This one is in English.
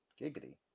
giggity